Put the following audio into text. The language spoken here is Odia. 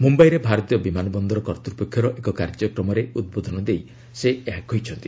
ମୁମ୍ବାଇରେ ଭାରତୀୟ ବିମାନବନ୍ଦର କର୍ତ୍ତ୍ୱପକ୍ଷର ଏକ କାର୍ଯ୍ୟକ୍ରମରେ ଉଦ୍ବୋଧନ ଦେଇ ସେ ଏହା କହିଛନ୍ତି